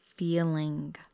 feeling